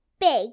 big